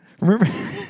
Remember